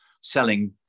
selling